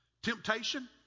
Temptation